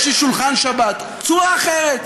יש לי שולחן שבת, בצורה אחרת.